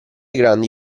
grandi